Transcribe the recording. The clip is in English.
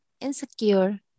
insecure